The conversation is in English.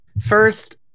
first